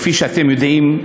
כפי שאתם יודעים,